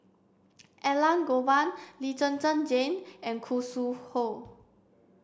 Elangovan Lee Zhen Zhen Jane and Khoo Sui Hoe